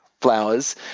flowers